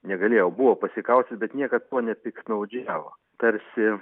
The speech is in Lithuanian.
ne galėjo o buvo pasikaustęs bet niekad tuo nepiktnaudžiavo tarsi